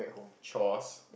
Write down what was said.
chores